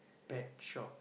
pet shop